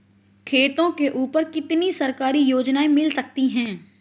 खेतों के ऊपर कितनी सरकारी योजनाएं मिल सकती हैं?